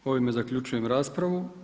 Ovime zaključujem raspravu.